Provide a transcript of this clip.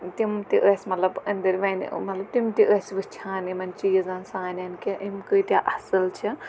تِم تہِ ٲسۍ مطلب أنٛدٕرۍ وۄنۍ مطلب تِم تہِ ٲسۍ وٕچھان یِمَن چیٖزَن سانٮ۪ن کہِ أمۍ کۭتیٛاہ اَصٕل چھِ